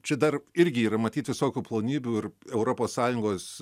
čia dar irgi yra matyt visokių plonybių ir europos sąjungos